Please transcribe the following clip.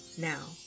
Now